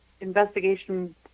investigation